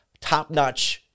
top-notch